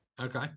Okay